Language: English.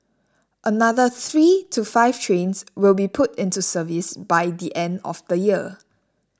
another three to five trains will be put into service by the end of the year